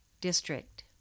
District